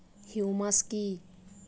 Humus কি?